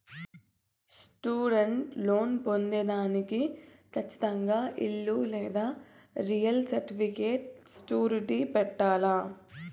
student loan పొందేదానికి కచ్చితంగా ఇల్లు లేదా రియల్ సర్టిఫికేట్ సూరిటీ పెట్టాల్ల